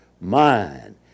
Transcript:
mind